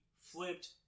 flipped